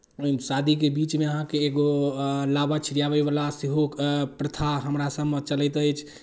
शादीके बीचमे अहाँके एगो लावा छिड़ियाबैवला सेहो प्रथा हमरासभमे चलैत अछि